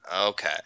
Okay